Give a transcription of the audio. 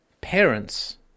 parents